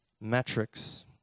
metrics